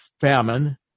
famine